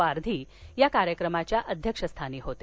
पारधी या कार्यक्रमाच्या अध्यक्षस्थानी होते